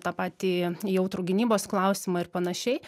tą patį jautrų gynybos klausimą ir panašiai